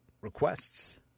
requests